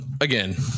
again